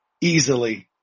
easily